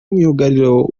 myugariro